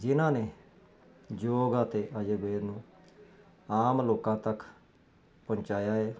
ਜਿਨਾਂ ਨੇ ਯੋਗ ਅਤੇ ਆਯੁਰਵੇਦ ਨੂੰ ਆਮ ਲੋਕਾਂ ਤੱਕ ਪਹੁੰਚਾਇਆ ਹ